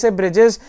bridges